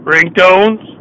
Ringtones